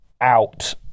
out